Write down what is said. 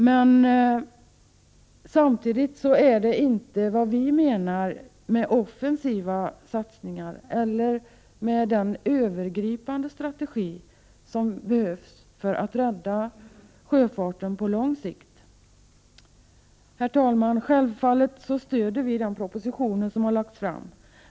Men samtidigt är det inte vad vi menar med offensiva satsningar eller med en övergripande strategi som behövs för att rädda sjöfarten på lång sikt. Herr talman! Självfallet stöder vi propositionen.